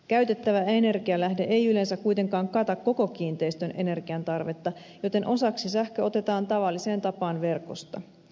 käytettävä energianlähde ei yleensä kuitenkaan kata koko kiinteistön energiantarvetta joten osaksi sähkö otetaan tavalliseen tapaan verkosta